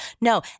No